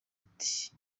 ati